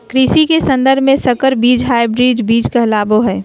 कृषि के सन्दर्भ में संकर बीज हायब्रिड बीज कहलाबो हइ